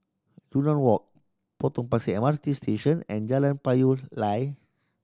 Yunnan Walk Potong Pasir M R T Station and Jalan Payoh Lai